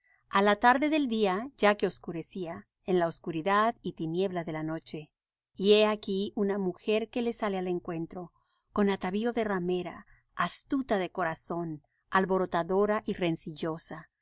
a la tarde del día ya que oscurecía en la oscuridad y tiniebla de la noche y he aquí una mujer que le sale al encuentro con atavío de ramera astuta de corazón alborotadora y rencillosa sus